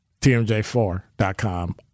tmj4.com